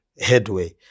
headway